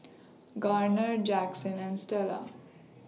Garner Jackson and Stella